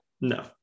no